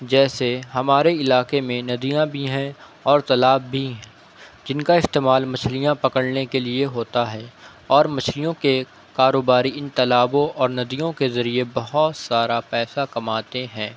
جیسے ہمارے علاقے میں ںدیاں بھی ہیں اور تالاب بھی جن کا استعمال مچھلیاں پکڑنے کے لیے ہوتا ہے اور مچھلیوں کے کاروباری ان تالابوں اور ندیوں کے ذریعے بہت سارا پیسہ کماتے ہیں